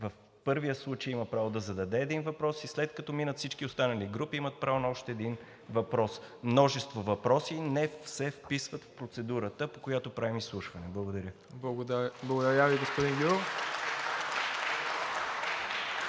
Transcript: В първия случай има право да зададе един въпрос и след като минат всички останали групи, имат право на още един въпрос. Множество въпроси не се вписват в процедурата, по която правим изслушване. Благодаря. (Ръкопляскания от